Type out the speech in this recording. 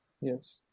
yes